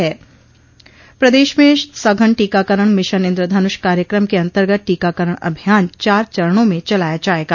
प्रदेश में सघन टीकाकरण मिशन इन्द्रधनुष कार्यक्रम के अंतर्गत टीकाकरण अभियान चार चरणों में चलाया जायेगा